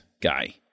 guy